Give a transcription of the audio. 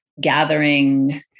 gathering